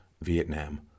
Vietnam